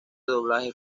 doblaje